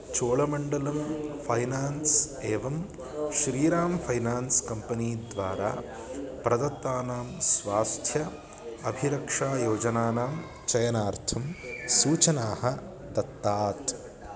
Cholamandalam finance एवं श्रीरामः finance company द्वारा प्रदत्तानां स्वास्थ्य अभिरक्षायोजनानां चयनार्थं सूचनाः दत्तात्